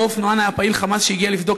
אותו אופנוען היה פעיל "חמאס" שהגיע לבדוק